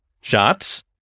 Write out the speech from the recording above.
Shots